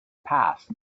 passed